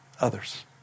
others